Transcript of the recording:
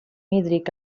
hídric